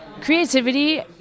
creativity